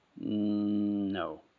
No